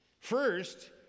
First